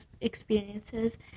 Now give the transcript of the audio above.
experiences